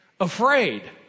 Afraid